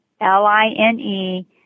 L-I-N-E